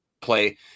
play